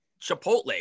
Chipotle